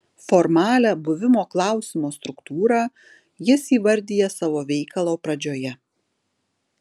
formalią buvimo klausimo struktūrą jis įvardija savo veikalo pradžioje